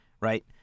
Right